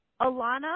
alana